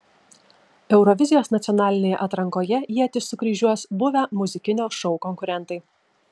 eurovizijos nacionalinėje atrankoje ietis sukryžiuos buvę muzikinio šou konkurentai